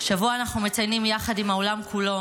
השבוע אנחנו מציינים יחד עם העולם כולו